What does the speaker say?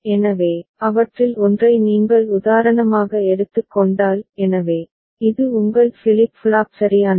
எனவே அவற்றில் ஒன்றை நீங்கள் உதாரணமாக எடுத்துக் கொண்டால் எனவே இது உங்கள் ஃபிளிப் ஃப்ளாப் சரியானது